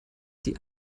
die